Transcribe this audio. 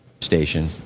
station